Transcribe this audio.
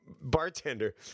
Bartender